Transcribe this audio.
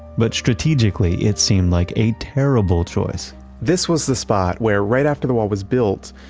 but strategically, it seemed like a terrible choice this was the spot where right after the war was built,